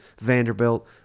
Vanderbilt